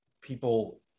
people